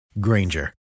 Granger